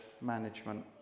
Management